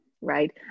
right